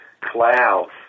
clouds